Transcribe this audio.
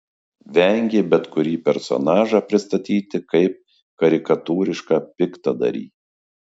vengė bet kurį personažą pristatyti kaip karikatūrišką piktadarį